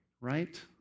right